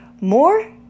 more